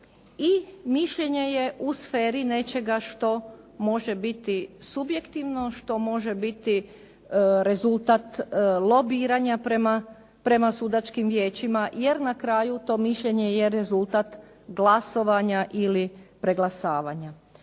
i mišljenje je u sferi nečega što može biti subjektivno, što može biti rezultat lobiranja prema sudačkim vijećima jer na kraju to mišljenje je rezultat glasovanja ili preglasavanja.